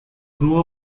grew